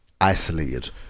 isolated